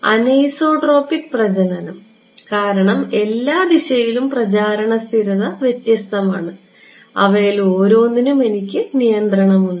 anisotropic പ്രജനനം കാരണം എല്ലാ ദിശയിലും പ്രചാരണ സ്ഥിരത വ്യത്യസ്തമാണ് അവയിൽ ഓരോന്നിനും എനിക്ക് നിയന്ത്രണമുണ്ട്